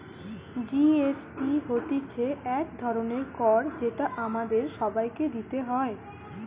GST হতিছে এক ধরণের কর যেটা আমাদের সবাইকে দিতে হয়